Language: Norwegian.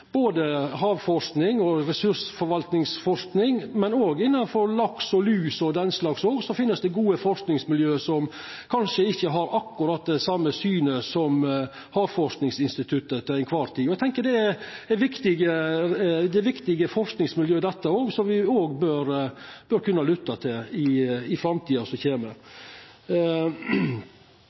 både havforsking og ressursforvaltningsforsking, men òg innanfor laks, lus og den slags finst det gode forskingsmiljø som kanskje ikkje har akkurat det same synet som Havforskingsinstituttet til kvar tid. Eg tenkjer at dette òg er viktige forskingsmiljø, som vi òg bør kunna lytta til i framtida. Skal norsk fiskerinæring og norsk sjømat hevda seg og koma seg vidare i